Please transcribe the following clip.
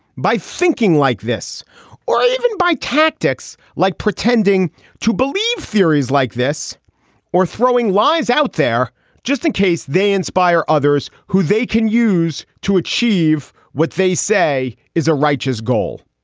by thinking like this or even by tactics like pretending to believe theories like this or throwing lies out there just in case they inspire others who they can use to achieve what they say is a righteous goal.